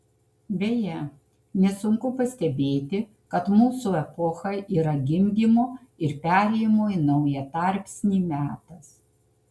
beje nesunku pastebėti kad mūsų epocha yra gimdymo ir perėjimo į naują tarpsnį metas